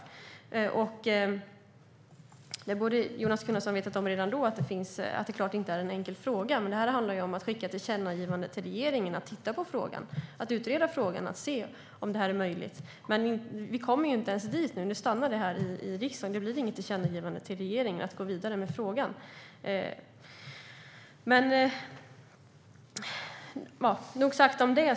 Jonas Gunnarsson borde ha vetat redan då att det såklart inte är en enkel fråga, men det här handlar om att skicka ett tillkännagivande till regeringen att titta på frågan och utreda den för att se om det här är möjligt. Vi kommer inte ens dit nu. Det här stannar här i riksdagen. Det blir inget tillkännagivande till regeringen att gå vidare med frågan. Nog sagt om det.